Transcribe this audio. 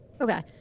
Okay